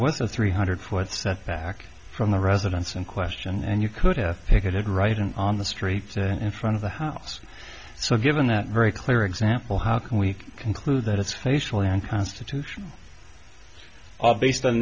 was a three hundred foot set back from the residence in question and you could have picketed right in on the street in front of the house so given that very clear example how can we conclude that it's facial and constitution based on